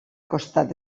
costat